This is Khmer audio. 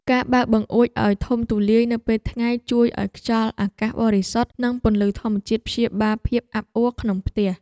ការបើកបង្អួចឱ្យធំទូលាយនៅពេលថ្ងៃជួយឱ្យខ្យល់អាកាសបរិសុទ្ធនិងពន្លឺធម្មជាតិព្យាបាលភាពអាប់អួក្នុងផ្ទះ។